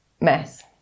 mess